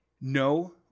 no